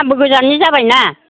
आंबो गोजाननि जाबायना